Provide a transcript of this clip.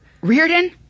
Reardon